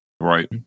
Right